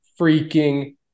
freaking